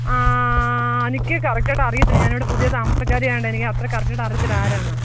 നിൽക്ക് കറക്റ്റ് ആയിട്ട് അറിയത്തില്ല ഞാനിവിടെ പുതിയ താമസക്കാരി ആയതുകൊണ്ട് എനിക്ക് അത്ര കറക്റ്റ് ആയിട്ട് അറിയത്തില്ല ആരാണെന്ന്